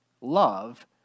love